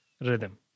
rhythm